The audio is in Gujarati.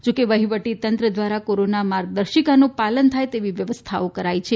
જો કે વહીવટીતંત્ર દ્વારા કોરોના માર્ગદર્શિકાનું પાલન થાય તેવી વ્યવસ્થો કરાઇ છે